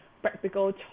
practical